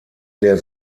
der